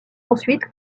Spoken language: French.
ensuite